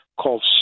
called